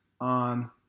on